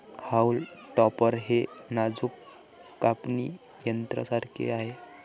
haulm topper हे नाजूक कापणी यंत्रासारखे आहे